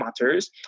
matters